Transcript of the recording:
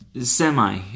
Semi